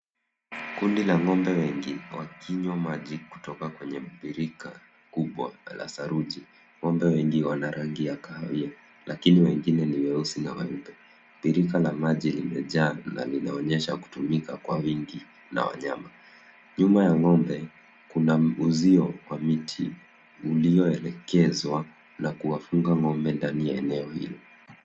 Kundi la ng'ombe wengi wakinywa maji kutoka kwenye birika kubwa la saruji.Ng'ombe wengi wana rangi ya kahawia lakini wengine ni weusi na weupe .Birika la maji limejaa na linaonyesha kutumika Kwa wingi na wanyama. Nyuma ya ng'ombe kuna uzio wa miti uliyoelekezwa na kuwafunga ngombe ndani ya eneo hilo.